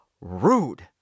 rude